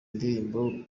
ndirimbo